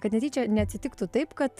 kad netyčia neatsitiktų taip kad